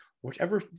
whichever